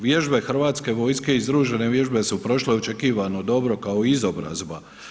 Vježbe Hrvatske vojske i združene vježbe su prošle očekivano dobro kao izobrazba.